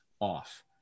off